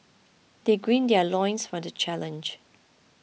they gird their loins for the challenge